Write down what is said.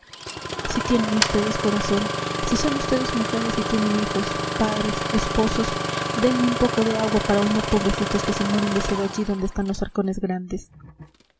si tienen vds corazón si son vds mujeres y tienen hijos padres esposos denme un poco de agua para unos pobrecitos que se mueren de sed allí donde están los arcones grandes